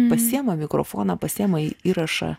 pasiima mikrofoną pasiima įrašą